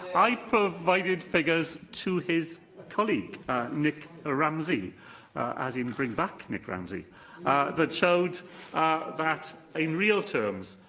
i provided figures to his colleague nick ramsay as in, bring back nick ramsay that showed that, in real terms,